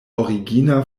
origina